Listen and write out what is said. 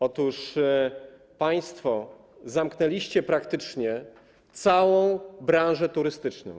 Otóż państwo zamknęliście praktycznie całą branżę turystyczną.